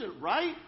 right